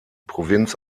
provinz